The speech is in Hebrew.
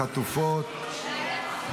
חטופים,